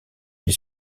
les